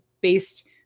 based